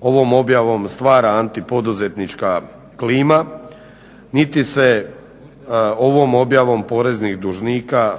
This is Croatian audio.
ovom objavom stvara antipoduzetnička klima, niti se ovom objavom poreznih dužnika